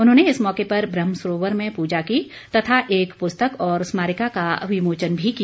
उन्होंने इस मौके पर ब्रह्म सरोवर में पूजा की तथा एक पुस्तक और स्मारिका का विमोचन भी किया